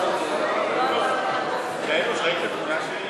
התורה להביע